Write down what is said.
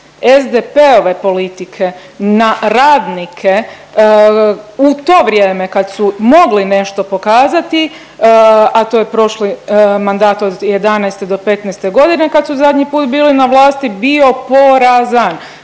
SDP-ove politike na radnike u to vrijeme kad su mogli nešto pokazati, a to je prošli mandat od 2011. do '15. g. kad su zadnji put bili na vlasti bio porazan,